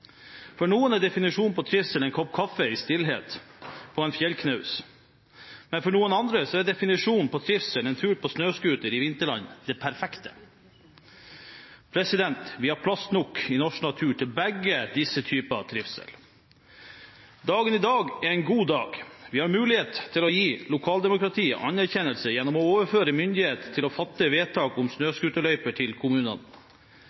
For noen er definisjonen på trivsel en kopp kaffe i stillhet på en fjellknaus, men for noen andre er definisjonen på trivsel en tur på snøscooter i vinterland det perfekte. Vi har plass nok i norsk natur til begge disse typer trivsel. Dagen i dag er en god dag. Vi har mulighet til å gi lokaldemokratiet anerkjennelse gjennom å overføre myndigheten til å fatte vedtak om snøscooterløyper til kommunene.